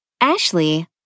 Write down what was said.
Ashley